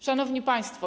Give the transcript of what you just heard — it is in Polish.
Szanowni Państwo!